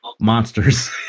monsters